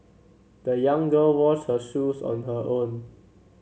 the young girl washed her shoes on her own